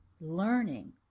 learning